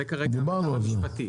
דיברנו על זה.